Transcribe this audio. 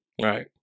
Right